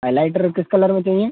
highlighter किस colour में चाहिए